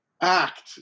act